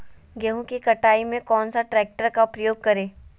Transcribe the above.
गेंहू की कटाई में कौन सा ट्रैक्टर का प्रयोग करें?